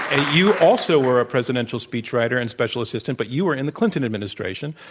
you also were a presidential speech writer and special assistant, but you were in the clinton administration.